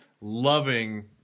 Loving